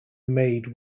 made